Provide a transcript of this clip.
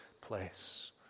place